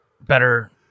better